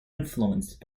influenced